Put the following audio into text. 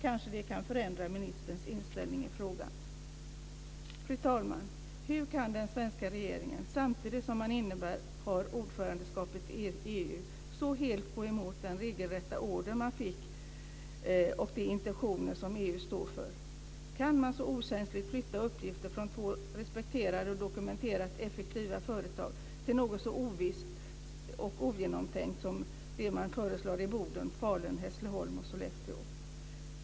Kanske det kan förändra ministerns inställning i frågan. Fru talman! Hur kan den svenska regeringen samtidigt som den innehar ordförandeskapet i EU så helt gå emot den regelrätta order man fick och de intentioner som EU står för? Kan man så okänsligt flytta uppgifter från två respekterade och dokumenterat effektiva företag till något så ovisst och ogenomtänkt som det som har föreslagits i Boden, Falun, Hässleholm och Sollefteå?